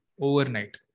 overnight